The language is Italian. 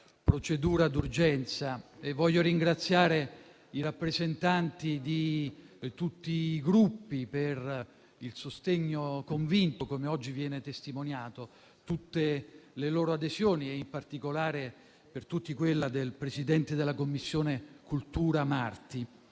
procedura d'urgenza. Voglio ringraziare i rappresentanti di tutti i Gruppi per il sostegno convinto, che oggi viene testimoniato da tutte le loro adesioni, in particolare quella del presidente della Commissione cultura Marti.